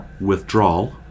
withdrawal